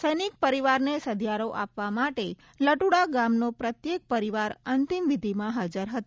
સૈનિક પરિવારને સધિયારો આપવા માટે લટુડા ગામનો પ્રત્યેક પરિવાર અંતિમવિધિમાં હાજર હતો